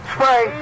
Spray